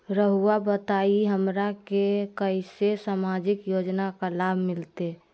रहुआ बताइए हमरा के कैसे सामाजिक योजना का लाभ मिलते?